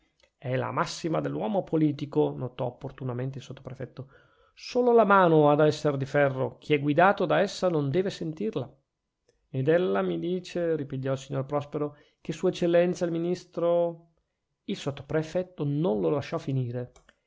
è la massima dell'uomo politico notò opportunamente il sottoprefetto solo la mano ha da esser di ferro chi è guidato da essa non deve sentirla ed ella mi dice ripigliò il signor prospero che sua eccellenza il ministro il sottoprefetto non lo lasciò finire